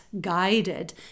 guided